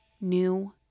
New